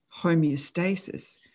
homeostasis